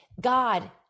God